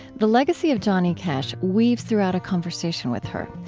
the legacy of johnny cash weaves throughout a conversation with her.